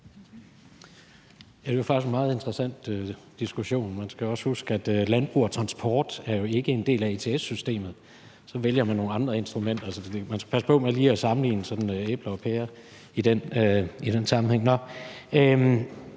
Det var faktisk en meget interessant diskussion. Man skal også huske, at landbrug og transport jo ikke er en del af ETS-systemet. Så vælger man nogle andre instrumenter. Så man skal passe på med lige at sammenligne æbler og pærer i den sammenhæng. Vi